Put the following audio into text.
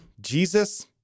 Jesus